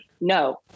no